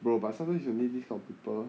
bro but sometimes you need this kind of people